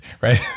right